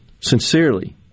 sincerely